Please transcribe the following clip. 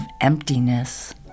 emptiness